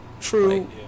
True